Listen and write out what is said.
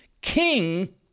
king